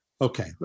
Okay